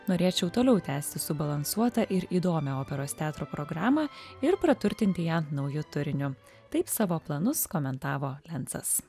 norėčiau toliau tęsti subalansuotą ir įdomią operos teatro programą ir praturtinti ją nauju turiniu taip savo planus komentavo lencas